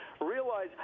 realize